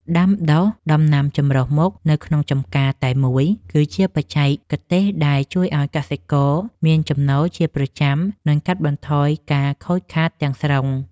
ដាំដុះដំណាំចម្រុះមុខនៅក្នុងចម្ការតែមួយគឺជាបច្ចេកទេសដែលជួយឱ្យកសិករមានចំណូលជាប្រចាំ និង កាត់បន្ថយការខូចខាតទាំងស្រុង។